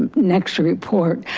next report,